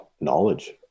knowledge